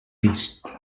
vist